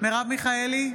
מרב מיכאלי,